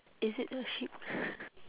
is it a sheep